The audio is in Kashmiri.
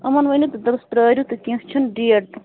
یِمَن ؤنِو تُہۍ دَپُکھ پرٛٲرِو تُہۍ کیٚنٛہہ چھُنہٕ ڈیٹ